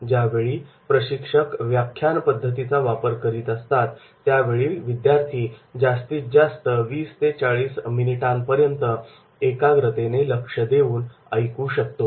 ज्यावेळी प्रशिक्षक व्याख्यान पद्धतीचा वापर करत असतात त्या वेळी विद्यार्थी जास्तीत जास्त 20 ते 40 मिनिटांपर्यंत एकाग्रतेने लक्ष देऊन ऐकू शकतो